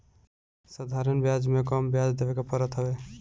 साधारण बियाज में कम बियाज देवे के पड़त हवे